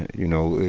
you know,